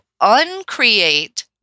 uncreate